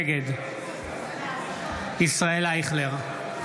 נגד ישראל אייכלר,